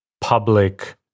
public